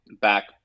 back